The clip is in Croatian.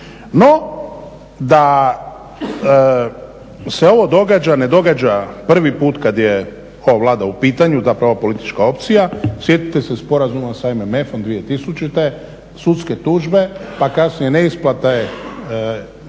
No, da se ovo događa, ne događa prvi put kad je ova Vlada u pitanju, zapravo politička opcija sjetite se Sporazuma sa MMF-om 2000., sudske tužbe, pa kasnije neisplata je